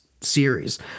series